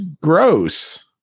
gross